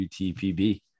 UTPB